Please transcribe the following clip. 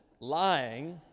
Lying